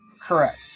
Correct